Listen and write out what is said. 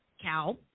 cow